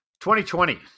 2020